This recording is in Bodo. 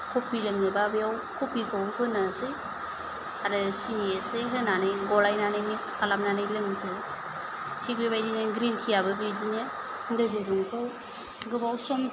कफि लोंनोबा बेयाव कफिखौ होनोसै आरो सिनि एसे होनानै गलायनानै मिक्स खालामनानै लोंनोसै थिक बेबायदिनो ग्रीन टि आबो बिदिनो दै गुदुंखौ गोबाव सम